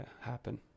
happen